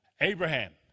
Abraham